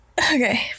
okay